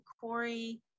Corey